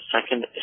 second